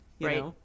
Right